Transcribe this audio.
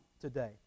today